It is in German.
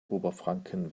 oberfranken